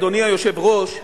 אדוני היושב-ראש,